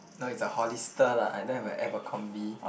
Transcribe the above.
no it's a Hollister lah I don't have a Abercombie